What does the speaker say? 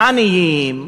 עניים,